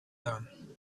done